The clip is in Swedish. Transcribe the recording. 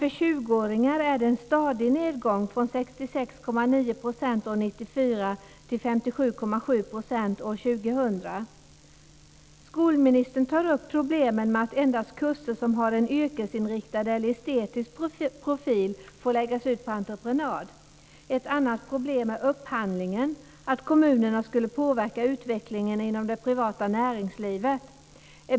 För 20-åringar är det en stadig nedgång, från 66,9 % år 1994 till 57,7 % år 2000. Skolministern tar upp problemen med att endast kurser som har en yrkesinriktad eller estetisk profil får läggas ut på entreprenad. Ett annat problem är upphandlingen - att kommunerna skulle påverka utvecklingen inom det privata näringslivet.